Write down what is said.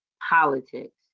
politics